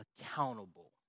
accountable